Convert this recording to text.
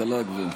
ההשכלה הגבוהה.